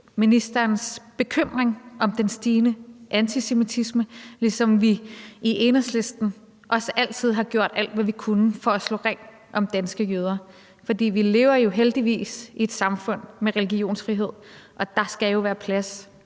ministerens bekymring for den stigende antisemitisme, ligesom vi i Enhedslisten også altid har gjort alt, hvad vi kunne, for at slå ring om danske jøder. For vi lever jo heldigvis i et samfund med religionsfrihed, og der skal jo være plads